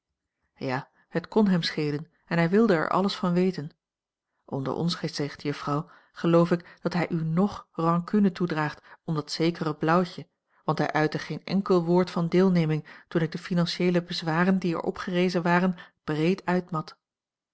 ja het kon hem schelen en hij wilde er alles van weten onder ons gezegd juffrouw geloof ik dat hij u ng rancune toedraagt om dat zekere blauwtje want hij uitte geen enkel woord van deelneming toen ik de financieele bezwaren die er opgerezen waren breed uitmat